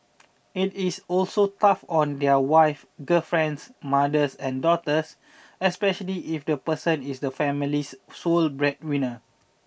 it is also tough on their wives girlfriends mothers and daughters especially if the person is the family's sole breadwinner